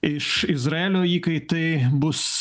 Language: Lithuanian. iš izraelio įkaitai bus